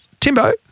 Timbo